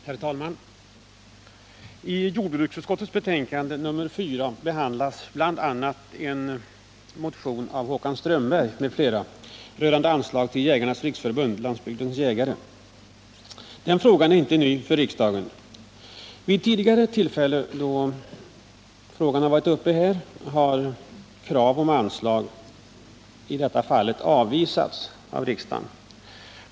Herr talman! I jordbruksutskottets betänkande nr 4 behandlas bl.a. en motion av Håkan Strömberg m.fl. rörande anslag till Jägarnas riksförbund-Landsbygdens jägare. Den frågan är inte ny för riksdagen. Vid tidigare tillfällen då frågan varit uppe har riksdagen avvisat krav på anslag i detta fall.